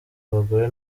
bagore